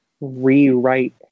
rewrite